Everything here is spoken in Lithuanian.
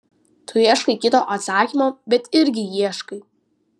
tu ieškai kito atsakymo bet irgi ieškai